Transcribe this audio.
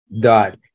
dot